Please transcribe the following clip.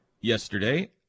Yesterday